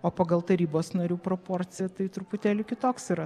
o pagal tarybos narių proporciją tai truputėlį kitoks yra